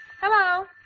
Hello